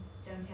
ya